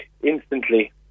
instantly